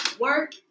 Work